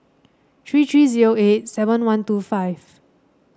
three three zero eight seven one two five